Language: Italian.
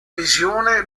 visione